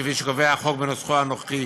כפי שקובע החוק בנוסחו הנוכחי,